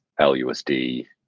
LUSD